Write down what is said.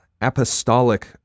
Apostolic